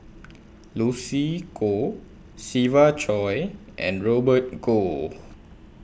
Lucy Koh Siva Choy and Robert Goh